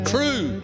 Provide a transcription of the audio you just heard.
True